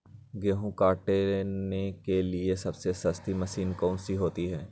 गेंहू काटने के लिए सबसे सस्ती मशीन कौन सी होती है?